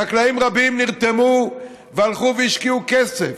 חקלאים רבים נרתמו והלכו והשקיעו כסף,